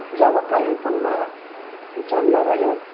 जब कालिम्पोङमा जन्म भयो